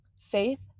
faith